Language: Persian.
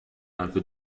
حرف